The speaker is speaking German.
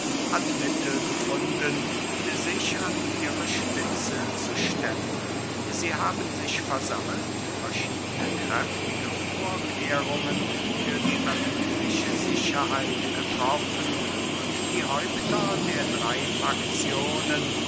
hat mittel gefunden sich an ihre spitze zu stellen sie haben sich versammelt verschiedene kräftige vorkehrungen für die öffentliche sicherheit getroffen und die häupter der drey fakzionen